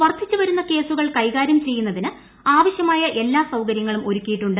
വർദ്ധിച്ചുവരുന്ന കേസുകൾ കൈകാര്യം ചെയ്യുന്നതിന് ആവശ്യമായ എല്ലാ സൌകര്യങ്ങളും ഒരുക്കിയിട്ടുണ്ട്